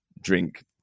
drink